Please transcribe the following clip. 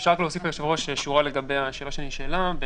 אפשר רק להוסיף היושב-ראש שורה לגבי השאלה שנשאלה.